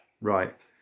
right